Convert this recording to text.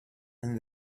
and